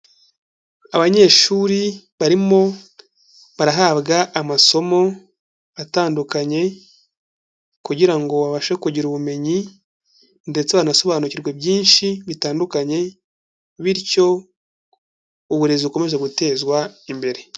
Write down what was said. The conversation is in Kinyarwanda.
Abanyeshuri barimo barahabwa amasomo atandukanye kugira ngo babashe kugira ubumenyi ndetse banasobanukirwe byinshi bitandukanye, bityo uburezi bukomeze gutezwa imbere.